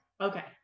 okay